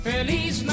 Feliz